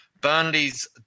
Burnley's